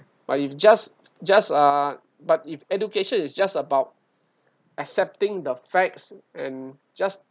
but if just just ah but if education is just about accepting the facts and just